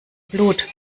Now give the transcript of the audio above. blut